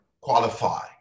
qualify